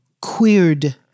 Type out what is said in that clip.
queered